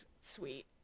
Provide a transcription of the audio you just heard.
sweet